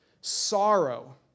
Sorrow